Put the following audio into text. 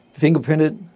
fingerprinted